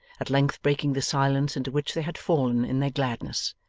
at length breaking the silence into which they had fallen in their gladness.